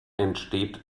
entsteht